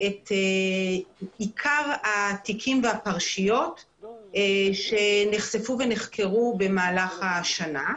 את עיקר התיקים והפרשיות שנחשפו ונחקרו במהלך השנה.